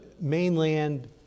mainland